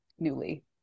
newly